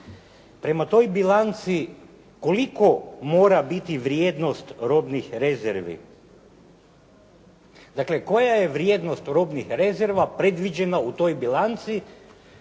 Prema toj bilanci koliko mora biti vrijednost robnih rezervi? Dakle, koja je vrijednost robnih rezerva predviđena u toj bilanci